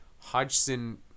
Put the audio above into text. Hodgson